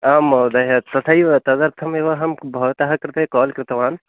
आं महोदयः तथैव तदर्थमेव अहं भवतः कृते काल् कृतवान्